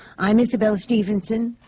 i'm isabelle stevenson.